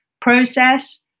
process